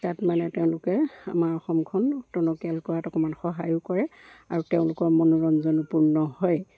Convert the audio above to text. তাত মানে তেওঁলোকে আমাৰ অসমখন টনকিয়াল কৰাত অকণমান সহায়ো কৰে আৰু তেওঁলোকৰ মনোৰঞ্জন পূৰ্ণ হয়